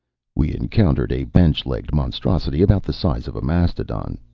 we encountered a bench-legged monstrosity about the size of a mastodon,